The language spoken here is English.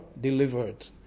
delivered